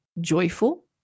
Joyful